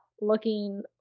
looking